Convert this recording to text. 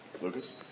Lucas